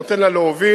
נותן לה להוביל,